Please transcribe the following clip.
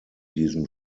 diesem